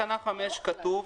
בתקנה 5 כתוב,